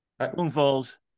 spoonfuls